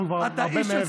אנחנו כבר הרבה מעבר.